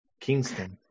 Kingston